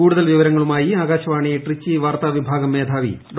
കൂടുതൽ വിവരങ്ങളുമായി ആകാശവാണി ട്രിച്ചി വാർത്താവിഭാഗം മേധാവി ഡോ